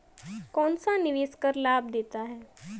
कौनसा निवेश कर लाभ देता है?